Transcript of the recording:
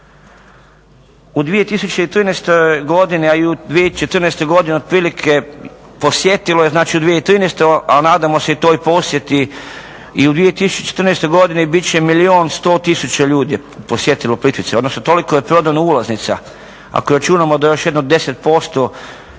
U 2013. godini a i u 2014. godini otprilike posjetilo je znači u 2013. a nadamo se i toj posjeti i u 2014. godini bit će milijun sto tisuća ljudi je posjetilo Plitvice, odnosno toliko je prodano ulaznica. Ako računamo da još jedno 10% je